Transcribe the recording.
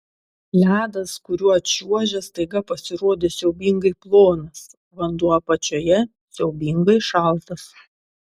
ledas kuriuo čiuožė staiga pasirodė siaubingai plonas vanduo apačioje siaubingai šaltas